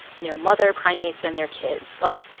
you know, mother primates and their kids. like,